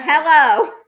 hello